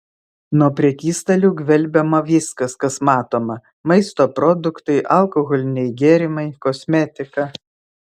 nuo prekystalių gvelbiama viskas kas matoma maisto produktai alkoholiniai gėrimai kosmetika